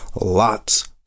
Lots